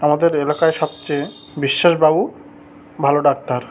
আমাদের এলাকায় সবচেয়ে বিশ্বাস বাবু ভালো ডাক্তার